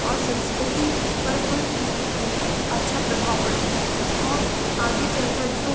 और सँस्कृति पर कोई अच्छा प्रभाव पड़े और आगे चलकर जो